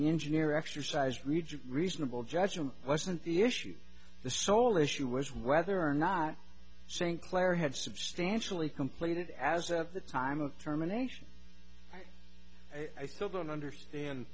engineer exercise read reasonable judgment wasn't the issue the sole issue was whether or not saying claire had substantially completed as of the time of terminations i still don't understand